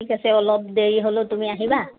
ঠিক আছে অলপ দেৰি হ'লেও তুমি আহিবা